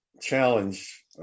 challenge